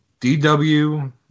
DW